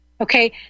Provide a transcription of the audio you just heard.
Okay